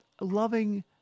loving